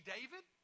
David